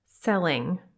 selling